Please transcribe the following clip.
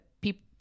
people